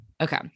Okay